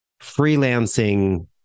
freelancing